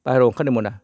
बाहेराव ओंखारनो मोना